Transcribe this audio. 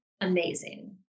amazing